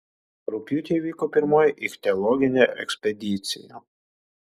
rugpjūtį įvyko pirmoji ichtiologinė ekspedicija